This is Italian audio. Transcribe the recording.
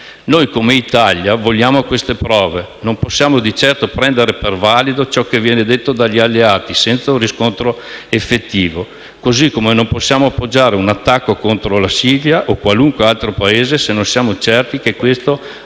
Noi, come Italia, vogliamo queste prove. Non possiamo di certo prendere per valido ciò che viene detto dagli alleati senza un riscontro effettivo. Così come non possiamo appoggiare un attacco contro la Siria, o qualunque altro Paese, se non siamo certi che questa abbia